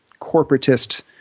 corporatist